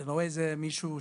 זה לא מישהו שקרוב.